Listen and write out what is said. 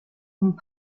und